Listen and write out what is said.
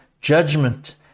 judgment